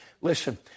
listen